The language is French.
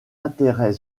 intérêt